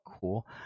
cool